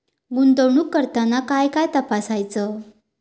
गुंतवणूक करताना काय काय तपासायच?